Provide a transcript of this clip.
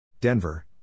Denver